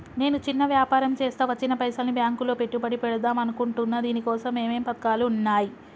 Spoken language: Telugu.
నేను చిన్న వ్యాపారం చేస్తా వచ్చిన పైసల్ని బ్యాంకులో పెట్టుబడి పెడదాం అనుకుంటున్నా దీనికోసం ఏమేం పథకాలు ఉన్నాయ్?